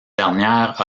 dernière